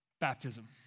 baptism